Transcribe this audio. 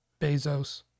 Bezos